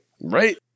Right